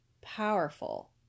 powerful